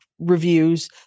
reviews